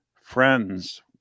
friends